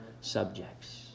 subjects